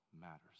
matters